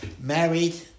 married